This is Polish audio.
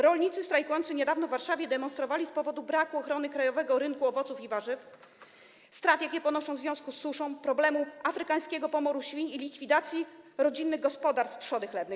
Rolnicy strajkujący niedawno w Warszawie demonstrowali z powodu braku ochrony krajowego rynku owoców i warzyw, strat, jakie ponoszą w związku z suszą, problemu afrykańskiego pomoru świń i likwidacji rodzinnych gospodarstw trzody chlewnej.